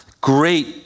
great